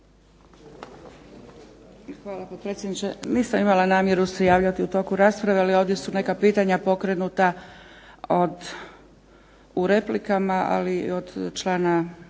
Hvala potpredsjedniče. Nisam imala namjeru se javiti u toku rasprave ali ovdje su neka pitanja pokrenuta u replikama, ali i od člana